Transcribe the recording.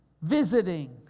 visiting